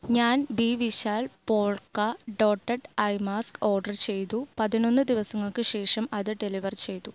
ഞാൻ B Vishal polka dotted eye mask order ചെയ്തു പതിനൊന്ന് ദിവസങ്ങൾക്ക് ശേഷം അത് ഡെലിവർ ചെയ്തു